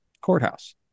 courthouse